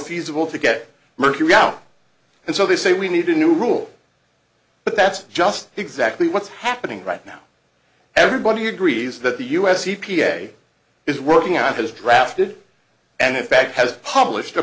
feasible to get mercury out and so they say we need a new rule but that's just exactly what's happening right now everybody agrees that the u s e p a is working out has drafted and in fact has published